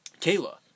kayla